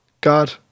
God